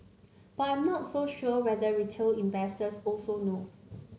but I'm not so sure whether retail investors also know